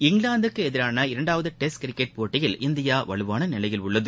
இங்கிலாந்துக்கு எதிராள இரண்டாவது டெஸ்ட் கிரிக்கெட் போட்டியில் இந்தியா வலுவான நிலையில் உள்ளது